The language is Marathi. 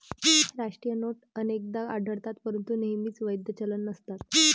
राष्ट्रीय नोट अनेकदा आढळतात परंतु नेहमीच वैध चलन नसतात